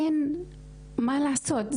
אין מה לעשות,